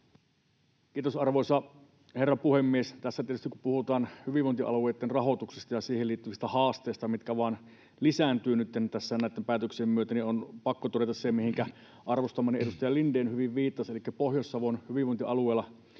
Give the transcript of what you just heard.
Kiitos, arvoisa herra puhemies! Tässä tietysti kun puhutaan hyvinvointialueitten rahoituksesta ja siihen liittyvistä haasteista, mitkä vain lisääntyvät nytten tässä näitten päätöksien myötä, on pakko todeta se, mihinkä arvostamani edustaja Lindén hyvin viittasi: Elikkä kun Pohjois-Savon hyvinvointialueella,